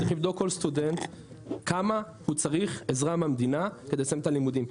צריך לבדוק כל סטודנט כמה הוא צריך עזרה מהמדינה כדי לסיים את הלימודים.